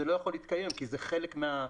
זה לא יכול להתקיים כי זה חלק מהכלל.